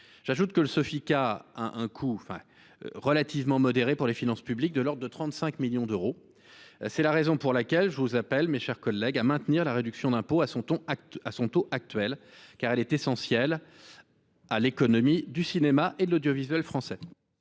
dispositif des Sofica a un coût relativement modéré pour les finances publiques, de l’ordre de 35 millions d’euros. C’est la raison pour laquelle je vous appelle, mes chers collègues, à maintenir la réduction d’impôt à son taux actuel. Elle est essentielle à l’économie du cinéma et de l’audiovisuel français.